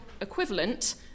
equivalent